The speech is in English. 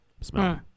Smell